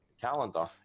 calendar